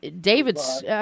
David's